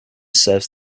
serves